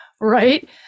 right